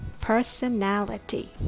Personality